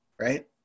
Right